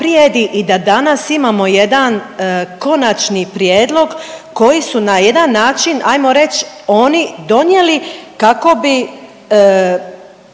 i danas imamo jedan konačni prijedlog koji su na jedan način, ajmo reći, oni donijeli kako bi